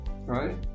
right